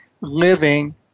living